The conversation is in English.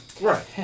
Right